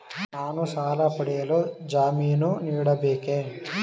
ನಾನು ಸಾಲ ಪಡೆಯಲು ಜಾಮೀನು ನೀಡಬೇಕೇ?